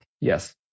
Yes